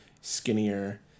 skinnier